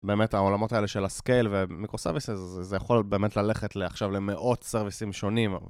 באמת העולמות האלה של הסקייל ומיקרוסרוויסס זה יכול באמת ללכת עכשיו למאות סרוויסים שונים